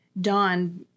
Don